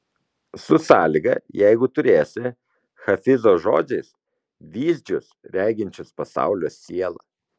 su sąlyga jeigu turėsi hafizo žodžiais vyzdžius reginčius pasaulio sielą